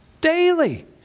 Daily